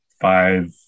five